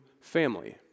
family